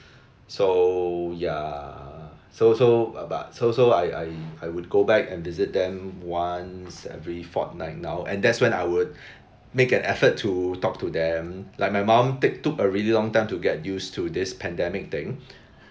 so ya so so but so so I I I would go back and visit them once every fortnight now and that's when I would make an effort to talk to them like my mum take took a really long time to get used to this pandemic thing